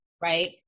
right